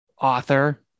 author